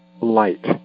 light